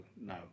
no